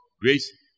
grace